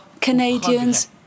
Canadians